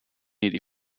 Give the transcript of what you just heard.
eighty